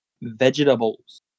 Vegetables